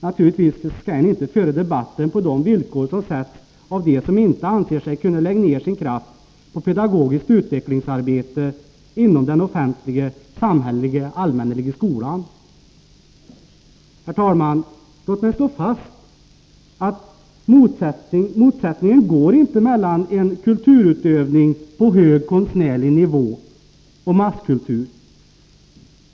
Naturligtvis skall man inte föra debatten på de villkor som sätts av dem som inte anser sig kunna lägga ner sin kraft på pedagogiskt utvecklingsarbete inom den samhälleliga allmänna skolan. Herr talman! Låt mig slå fast följande: En kulturutövning på hög konstnärlig nivå står inte i motsättning till masskultur.